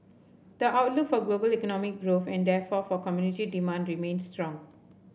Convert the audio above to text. the outlook for global economic growth and therefore for commodity demand remains strong